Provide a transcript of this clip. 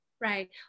Right